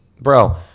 bro